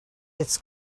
its